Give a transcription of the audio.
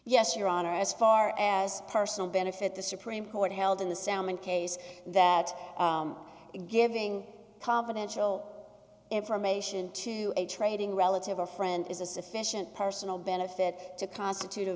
yes your honor as far as personal benefit the supreme court held in the soundman case that giving confidential information to a trading relative or friend is a sufficient personal benefit to constitute a